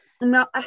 no